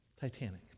Titanic